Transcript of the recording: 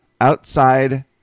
outside